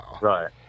Right